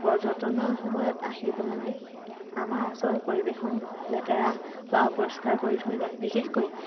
পৰ্যটনৰ সময়ত আহি পেলাইনি আমাৰ ওচৰৰ পৰিৱেশসমূহ লেতেৰা বা অপৰিষ্কাৰ কৰি থৈ যায় বিশেষকৈ